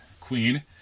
queen